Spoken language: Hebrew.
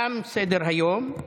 תם סדר-היום.